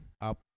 up